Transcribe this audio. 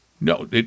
no